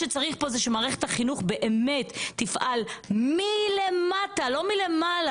חווינו בתוך מערכות הבחירות טלטלה והתפרקות של מפלגה שאוחדה.